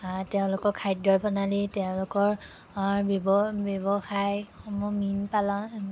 আ তেওঁলোকৰ খাদ্য প্ৰণালী তেওঁলোকৰ ব্যৱ ব্যৱসায়সমূহ মীন পালন